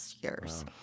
years